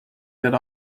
that